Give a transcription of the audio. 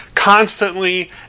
Constantly